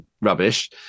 rubbish